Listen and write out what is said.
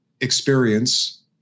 experience